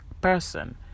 person